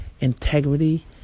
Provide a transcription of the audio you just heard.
integrity